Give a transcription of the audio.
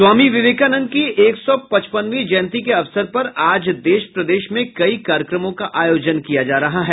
स्वामी विवेकानंद की एक सौ पचपनवीं जयंती के अवसर पर आज देश प्रदेश में कई कार्यक्रमों का आयोजन किया जा रहा है